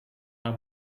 haar